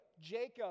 Jacob